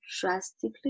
drastically